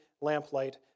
lamplight